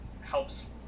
helps